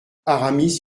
aramis